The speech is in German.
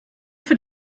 für